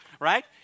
right